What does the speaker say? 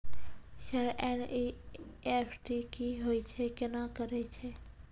Sir NEFT की होय छै, केना करे छै?